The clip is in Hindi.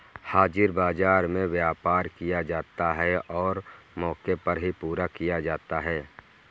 हाजिर बाजार में व्यापार किया जाता है और मौके पर ही पूरा किया जाता है